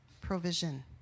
provision